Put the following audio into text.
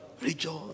Rejoice